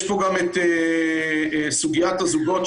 יש פה גם את סוגיית הזוגות,